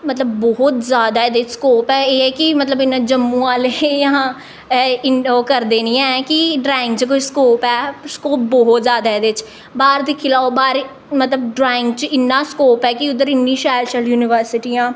मतलब ब्हौत जैदा एह्दे च स्कोप ऐ एह् ऐ कि मतलब इ'यां जम्मू आह्ले जां ओह् करदे नि ऐं कि ड्राइंग च कोई स्कोप ऐ स्कोप ब्हौत जैदा ऐ एह्दे च बाह्र दिक्खी लैओ बाह्र मतलब ड्राइंग च इन्ना स्कोप ऐ कि उद्धर इन्नी शैल शैल यूनिवर्सटियां